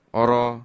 oro